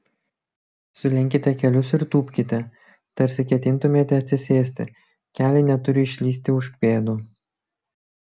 sulenkite kelius ir tūpkite tarsi ketintumėte atsisėsti keliai neturi išlįsti už pėdų